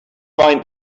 find